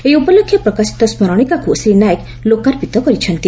ଏହି ଉପଲକେ ପ୍ରକାଶିତ ସ୍କରଣିକାକୁ ଶ୍ରୀ ନାୟକ ଲୋକାର୍ପିତ କରିଛନ୍ତି